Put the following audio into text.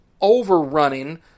overrunning